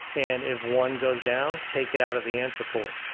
and if one goes down, take it out of the answer pool.